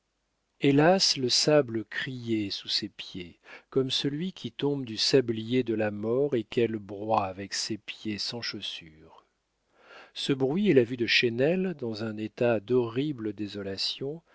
hélas le sable criait sous ses pieds comme celui qui tombe du sablier de la mort et qu'elle broie avec ses pieds sans chaussure ce bruit et la vue de chesnel dans un état d'horrible désolation